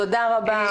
תודה רבה לכם.